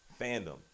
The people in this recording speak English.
fandom